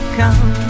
come